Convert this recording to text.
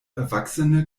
erwachsene